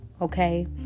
Okay